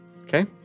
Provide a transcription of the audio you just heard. Okay